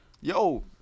Yo